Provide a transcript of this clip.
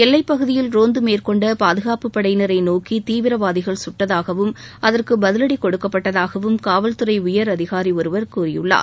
எல்லை பகுதியில் ரோந்து மேற்கொண்ட பாதுகாப்பு படையினரை நோக்கி தீவிரவாதிகள் சுட்டதாகவும் அதற்கு பதிலடி கொடுக்கப்பட்டதாகவும் காவல்துறை உயர் அதிகாரி ஒருவர் கூறியுள்ளார்